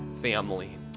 family